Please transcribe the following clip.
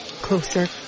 closer